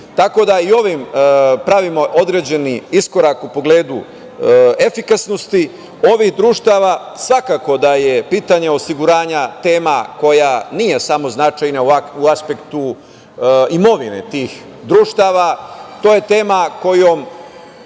Tako da i ovim pravimo određeni iskorak u pogledu efikasnosti ovih društava. Svakako da je pitanje osiguranja tema koja nije samo značajna u aspektu imovine tih društava. To je tema kojom